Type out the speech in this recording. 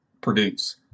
produce